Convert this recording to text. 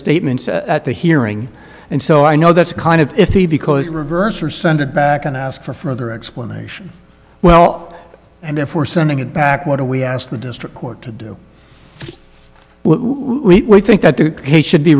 statements at the hearing and so i know that's kind of iffy because in reverse or send it back and ask for further explanation well and therefore sending it back what are we asked the district court to do we think that the pay should be